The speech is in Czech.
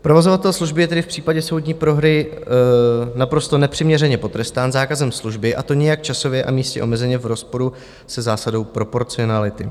Provozovatel služby je tedy v případě soudní prohry naprosto nepřiměřeně potrestán zákazem služby, a to nijak časově a místně omezeně, v rozporu se zásadou proporcionality.